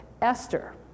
Esther